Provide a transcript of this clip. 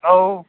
hello